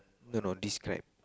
no no describe